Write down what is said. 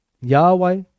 Yahweh